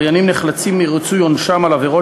עבריינים נחלצים מריצוי עונשם על עבירות